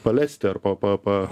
palesti arba pa pa